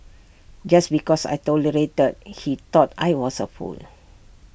just because I tolerated he thought I was A fool